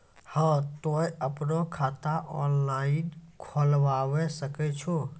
हाँ तोय आपनो खाता ऑनलाइन खोलावे सकै छौ?